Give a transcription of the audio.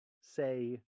say